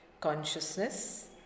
Consciousness